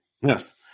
yes